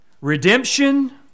Redemption